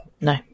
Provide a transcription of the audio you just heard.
No